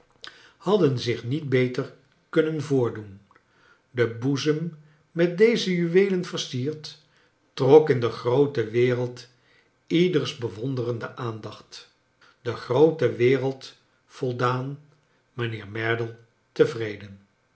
hadden zich niet beter kunnen voordoen de boezem met deze juweelen versierd trok in de groote wereld ieders bewonderende aandacht de groote wereld voldaan mijnheer merdle tevreden